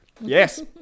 Yes